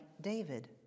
David